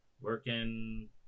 working